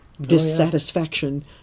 dissatisfaction